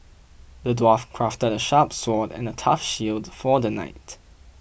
the dwarf crafted a sharp sword and a tough shield for the knight